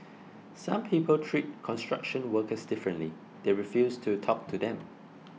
some people treat construction workers differently they refuse to talk to them